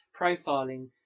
profiling